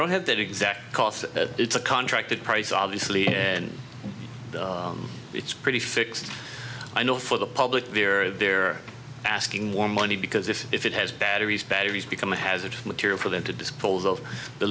don't have that exact cost it's a contracted price obviously and it's pretty fixed i know for the public here they're asking more money because if it has batteries batteries become a hazardous material for them to dispose of the